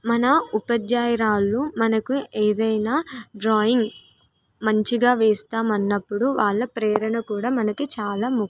మన ఉపాధ్యాయురాలు మనకు ఏదైనా డ్రాయింగ్ మంచిగా వేస్తామన్నప్పుడు వాళ్ళ ప్రేరణ కూడా మనకి చాలా ముఖ్యం